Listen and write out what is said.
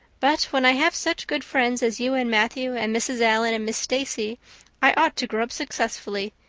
but when i have such good friends as you and matthew and mrs. allan and miss stacy i ought to grow up successfully,